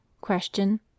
Question